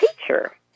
teacher